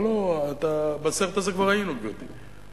הלוא בסרט הזה כבר היינו, גברתי.